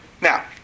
Now